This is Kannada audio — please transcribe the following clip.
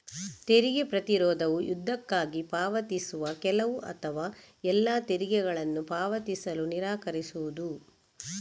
ತೆರಿಗೆ ಪ್ರತಿರೋಧವು ಯುದ್ಧಕ್ಕಾಗಿ ಪಾವತಿಸುವ ಕೆಲವು ಅಥವಾ ಎಲ್ಲಾ ತೆರಿಗೆಗಳನ್ನು ಪಾವತಿಸಲು ನಿರಾಕರಿಸುವುದು